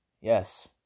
Yes